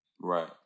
right